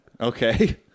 Okay